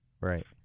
Right